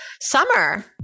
summer